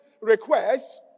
requests